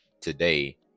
today